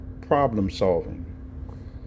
problem-solving